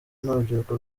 n’urubyiruko